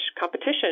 competition